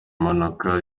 mpanuka